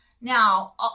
Now